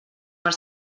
per